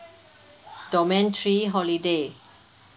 domain three holiday